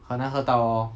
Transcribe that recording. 很难喝到 lor